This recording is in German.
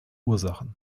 ursachen